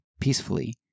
peacefully